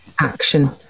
action